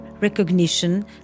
recognition